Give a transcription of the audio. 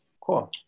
cool